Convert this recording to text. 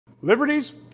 Liberties